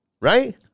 right